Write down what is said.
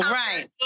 right